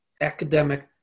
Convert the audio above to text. academic